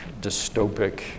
dystopic